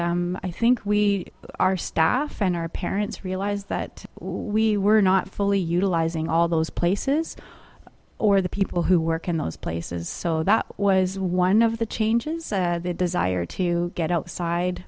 i think we our staff and our parents realize that we were not fully utilizing all those places or the people who work in those places so that was is one of the changes the desire to get outside